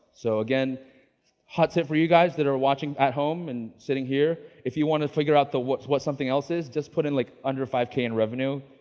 so again hot tip for you guys that are watching at home and sitting here. if you want to figure out the what something else is just put in like under five k in revenue,